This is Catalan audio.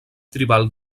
tribal